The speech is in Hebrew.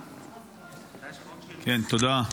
תודה.